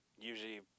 usually